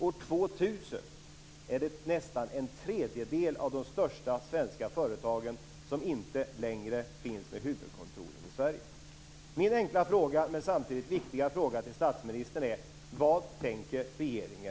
År 2000 är det nästan en tredjedel av de största svenska företagen som inte längre finns med huvudkontoren i Sverige.